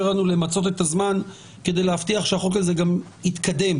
לנו למצות את הזמן כדי להבטיח שהחוק הזה גם יתקדם,